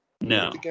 No